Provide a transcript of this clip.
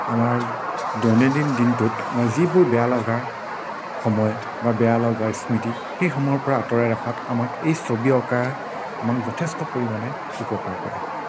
আমাৰ দৈনন্দিন দিনটোত আমাৰ যিবোৰ বেয়া লগা সময় বা বেয়া লগা স্মৃতি সেই সময়ৰপৰা আঁতৰাই ৰখাত আমাক এই ছবি অঁকা আমাক যথেষ্ট পৰিমাণে উপকাৰ কৰে